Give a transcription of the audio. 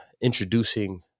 introducing